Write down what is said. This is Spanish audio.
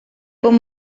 con